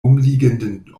umliegenden